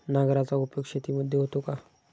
नांगराचा उपयोग शेतीमध्ये होतो का?